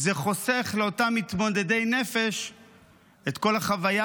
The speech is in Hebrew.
זה חוסך לאותם מתמודדי נפש את כל החוויה